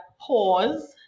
pause